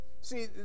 See